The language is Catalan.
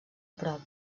prop